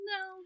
No